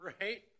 Right